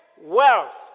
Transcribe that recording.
wealth